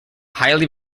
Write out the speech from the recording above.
highly